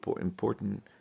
important